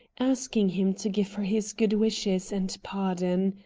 asking him to give her his good wishes and pardon.